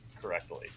correctly